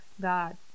God